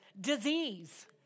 disease